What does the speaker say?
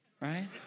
right